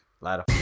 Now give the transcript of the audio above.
Later